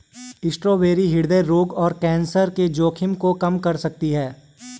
strawberry हृदय रोग और कैंसर के जोखिम को कम कर सकती है